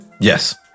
Yes